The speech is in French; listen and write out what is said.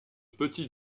petit